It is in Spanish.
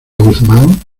guzmán